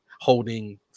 holding